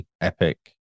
Epic